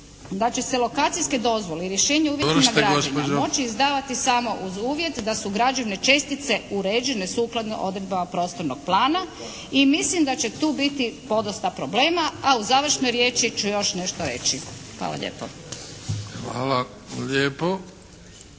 Alenka (HNS)** I rješenja o uvjetima građenja moći izdavati samo uz uvjet da su građevne čestice uređene sukladno odredbama prostornog plana. I mislim da će tu biti podosta problema a u završnoj riječi ću još nešto reći. Hvala lijepo. **Bebić,